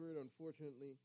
Unfortunately